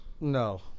No